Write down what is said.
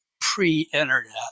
pre-internet